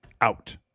out